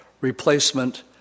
replacement